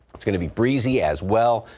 it's going to be breezy as well.